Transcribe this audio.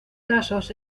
casos